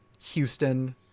Houston